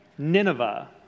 Nineveh